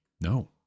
No